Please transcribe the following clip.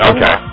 Okay